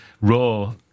raw